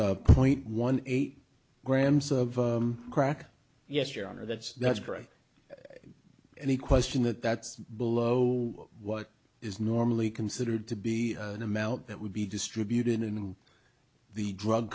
point one eight grams of crack yes your honor that's that's right any question that that's below what is normally considered to be an amount that would be distributed in the drug